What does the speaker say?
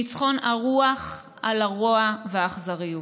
ניצחון הרוח על הרוע והאכזריות.